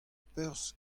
perzh